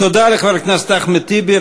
תודה לחבר הכנסת אחמד טיבי.